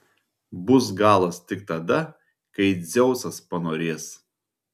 bus galas tik tada kai dzeusas panorės